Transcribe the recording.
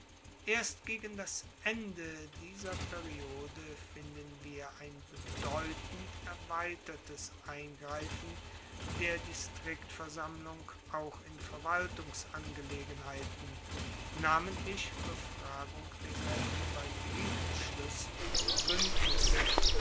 erst gegen das ende dieser periode finden wir ein bedeutend erweitertes eingreifen der distriktversammlung auch in verwaltungsangelegenheiten namentlich befragung derselben bei friedensschluessen und buendnissen